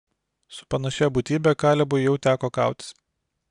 su panašia būtybe kalebui jau teko kautis